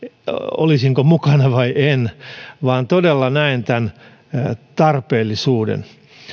olisinko mukana vai enkö vaan todella näen tämän tarpeellisuuden